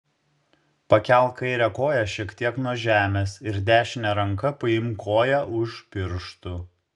pakelk kairę koją šiek tiek nuo žemės ir dešine ranka paimk koją už pirštų